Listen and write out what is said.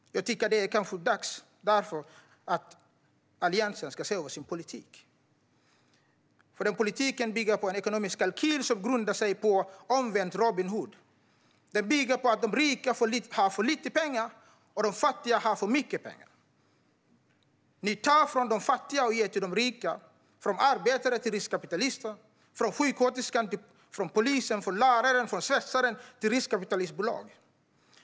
Därför är det kanske dags att Alliansen ser över sin politik. Denna politik bygger nämligen på en ekonomisk kalkyl som grundar sig på en omvänd Robin Hood-politik. Den bygger på att de rika har för lite pengar och att de fattiga har för mycket pengar. Ni tar från de fattiga och ger till de rika, från arbetare till riskkapitalister, från sjuksköterskan, från polisen, från läraren, från svetsaren till riskkapitalbolag.